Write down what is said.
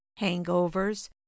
hangovers